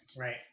Right